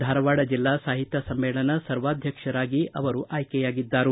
ಧಾರವಾಡ ಜಿಲ್ಲಾ ಸಾಹಿತ್ಯ ಸಮ್ಮೇಳನ ಸರ್ವಾಧ್ಯಕ್ಷರಾಗಿಯೂ ಅವರು ಆಯ್ಕೆಯಾಗಿದ್ದರು